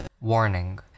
Warning